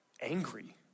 angry